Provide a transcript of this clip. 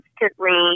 constantly